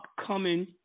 upcoming